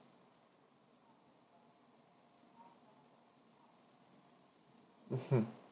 mmhmm